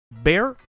Bear